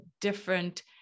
different